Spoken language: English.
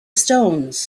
stones